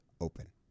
open